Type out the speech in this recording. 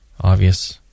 obvious